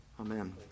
Amen